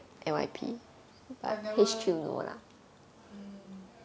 but never mm